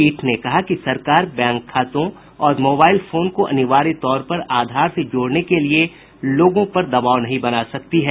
पीठ ने कहा कि सरकार बैंक खातों और मोबाइल फोन को अनिवार्य तौर पर आधार से जोड़ने के लिए लोगों पर दबाव नहीं बना सकती है